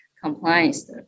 compliance